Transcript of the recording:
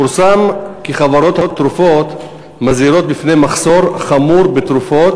פורסם כי חברות התרופות מזהירות מפני מחסור חמור בתרופות